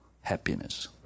happiness